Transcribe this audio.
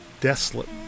desolate